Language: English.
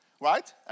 right